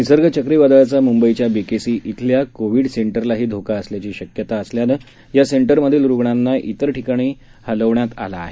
निसर्ग चक्रीवादळाचा म्ंबईच्या बीकेसी इथल्या कोविड सेंटरलाही धोका असल्याची शक्यता असल्याने या सेंटरमधील रुग्णांना इतर स्रक्षित ठिकाणी हलविण्यात आले आहे